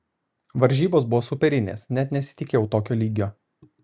varžybos buvo superinės net nesitikėjau tokio lygio